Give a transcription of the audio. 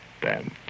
Dan